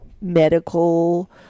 medical